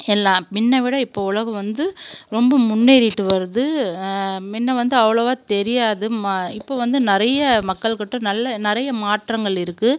எல்லா முன்ன விட இப்போ உலகம் வந்து ரொம்ப முன்னேறிகிட்டு வருது முன்ன வந்து அவ்வளோவா தெரியாது ம இப்போ வந்து நிறைய மக்கள்கிட்டே நல்ல நிறைய மாற்றங்கள் இருக்குது